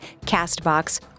CastBox